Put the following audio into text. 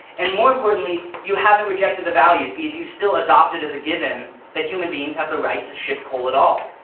and more importantly, you haven't rejected the values, because you've adopted as a given that human beings have the right to ship coal at all.